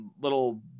little